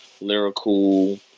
lyrical